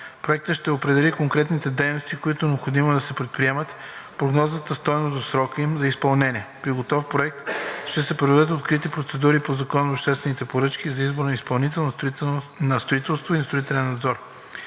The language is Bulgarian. Проектът ще определи конкретните дейности, които е необходимо да се предприемат, прогнозната стойност в срока им за изпълнение. При готов проект ще се проведат открити процедури по Закона за обществените поръчки за избор на изпълнител на строителство и на строителен надзор.